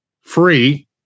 free